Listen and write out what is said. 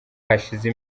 hashize